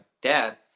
dad